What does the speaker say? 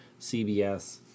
CBS